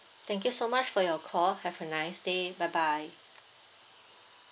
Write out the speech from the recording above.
thank you so much for your call have a nice day bye bye